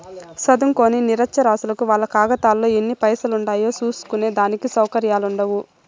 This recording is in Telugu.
సదుంకోని నిరచ్చరాసులకు వాళ్ళ కాతాలో ఎన్ని పైసలుండాయో సూస్కునే దానికి సవుకర్యాలుండవ్